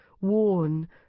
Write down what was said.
worn